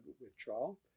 withdrawal